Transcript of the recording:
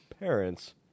parents